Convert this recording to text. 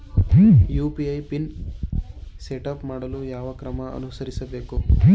UPI pin setup ಮಾಡಲು ಯಾವ ಕ್ರಮ ಅನುಸರಿಸಬೇಕು?